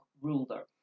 ruler